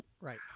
right